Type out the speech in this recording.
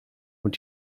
und